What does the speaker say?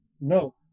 No